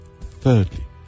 Thirdly